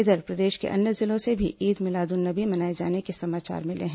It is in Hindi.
इधर प्रदेश के अन्य जिलों से भी ईद मिलाद उन नबी मनाए जाने के समाचार मिले हैं